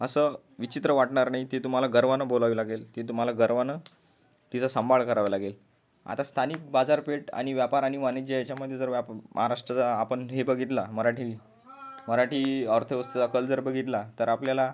असं विचित्र वाटणार नाही ती तुम्हाला गर्वानं बोलावी लागेल ती तुम्हाला गर्वानं तिचा सांभाळ करावा लागेल आता स्थानिक बाजारपेठ आणि व्यापार आणि वाणिज्य याच्यामध्ये जर वापन महाराष्ट्र जर आपण हे बघितला मराठी मराठी अर्थव्यवस्थेचा कल जर बघितला तर आपल्याला